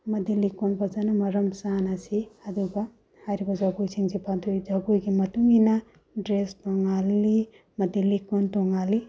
ꯑꯃꯗꯤ ꯂꯤꯛꯀꯣꯟ ꯐꯖꯅ ꯃꯔꯝ ꯆꯥꯅ ꯁꯤ ꯑꯗꯨꯒ ꯍꯥꯏꯔꯤꯕ ꯖꯒꯣꯏꯁꯤꯡꯁꯤ ꯄꯥꯡꯊꯣꯛꯏ ꯖꯒꯣꯏꯒꯤ ꯃꯇꯨꯡ ꯏꯟꯅ ꯗ꯭ꯔꯦꯁ ꯇꯣꯉꯥꯜꯂꯤ ꯑꯃꯗꯤ ꯂꯤꯛꯀꯣꯟ ꯇꯣꯉꯥꯜꯂꯤ